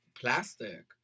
plastic